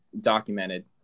documented